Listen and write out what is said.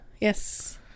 yes